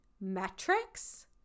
metrics